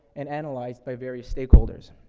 and analyzed by various stakeholders?